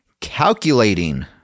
calculating